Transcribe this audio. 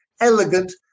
elegant